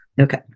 Okay